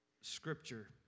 scripture